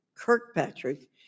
Kirkpatrick